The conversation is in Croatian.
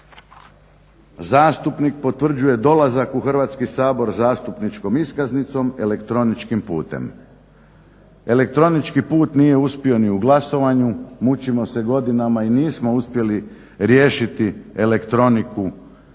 Zastupnik potvrđuje dolazak u Hrvatski sabor zastupničkom iskaznicom elektroničkim putem. Elektronički put nije uspio ni u glasovanju, mučimo se godinama i nismo uspjeli riješiti elektroniku da